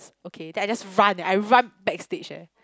okay then I just run eh I run backstage eh